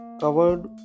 Covered